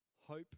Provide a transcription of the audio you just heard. hope